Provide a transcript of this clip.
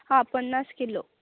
हा पन्नास किलो